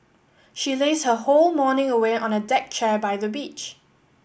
she lazed her whole morning away on a deck chair by the beach